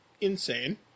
insane